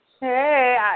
Hey